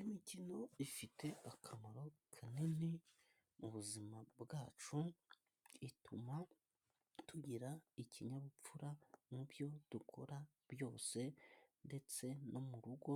Imikino ifite akamaro kanini mu buzima bwacu, ituma tugira ikinyabupfura mu byo dukora byose, ndetse no mu rugo